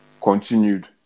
continued